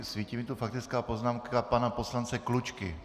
Svítí mi tu faktická poznámka pana poslance Klučky.